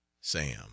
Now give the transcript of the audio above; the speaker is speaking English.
Sam